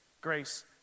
grace